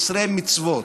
מצוות.